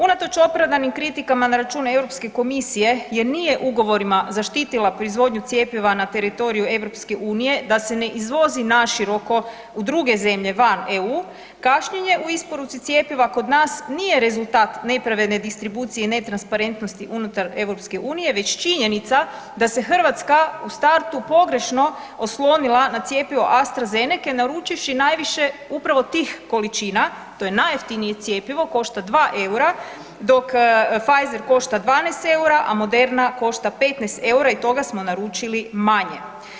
Unatoč opravdanim kritikama na račun Europske komisije jer nije ugovorima zaštitila proizvodnju cjepiva na teritoriju EU da se ne izvozi naširoko u druge zemlje van EU, kašnjenje u isporuci cjepiva kod nas nije rezultat nepravedne distribucije i netransparentnosti unutar EU već činjenica da se Hrvatska u startu pogrešno oslonila na cjepivo AstraZenece naručivši najviše upravo tih količina, to je najjeftinije cjepivo, košta 2 EUR-a, dok Pfizer košta 12 EUR-a, a Moderna košta 15 EUR-a i toga smo naručili manje.